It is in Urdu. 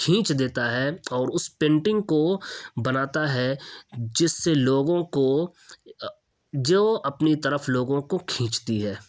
کھینچ دیتا ہے اور اس پینٹنگ کو بناتا ہے جس سے لوگوں کو جو اپنی طرف لوگوں کو کھینچتی ہے